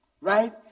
Right